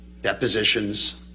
depositions